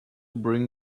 bring